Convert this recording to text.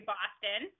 Boston